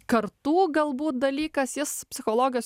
kartų galbūt dalykas jis psichologijos